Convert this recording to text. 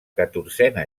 catorzena